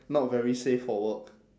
not very safe for work